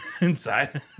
inside